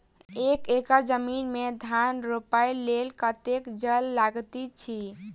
एक एकड़ जमीन मे धान रोपय लेल कतेक जल लागति अछि?